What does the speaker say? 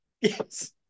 Yes